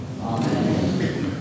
Amen